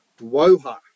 WOHA